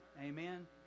amen